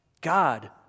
God